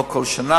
לא כל שנה,